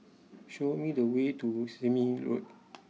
show me the way to Sime Road